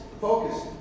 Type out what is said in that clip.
focus